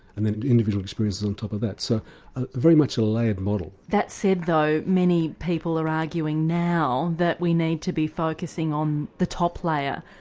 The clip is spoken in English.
and then individual experiences on top of that so very much a layered model. that said though, many people are arguing now that we need to be focusing on the top layer,